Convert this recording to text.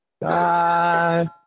Bye